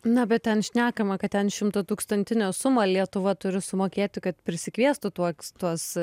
na bet ten šnekama kad ten šimtatūkstantinę sumą lietuva turi sumokėti kad prisikviestų tuoks tuos